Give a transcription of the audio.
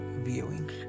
viewing